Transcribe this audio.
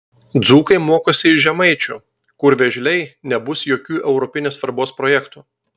dzūkai mokosi iš žemaičių kur vėžliai nebus jokių europinės svarbos projektų